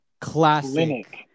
classic